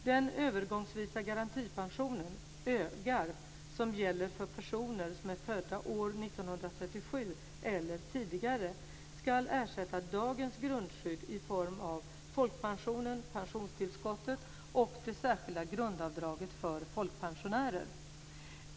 Den övergångsvisa garantipensionen , som gäller för personer som är födda år 1937 eller tidigare, ska ersätta dagens grundskydd i form av folkpensionen, pensionstillskottet och det särskilda grundavdraget för folkpensionärer.